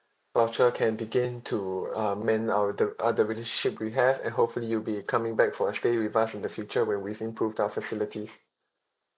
voucher can begin to uh mend our the uh the relationship we have and hopefully you'll be coming back for a stay with us in the future when we've improved our facilities